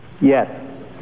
Yes